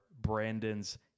Brandon's